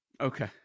Okay